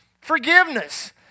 forgiveness